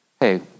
Hey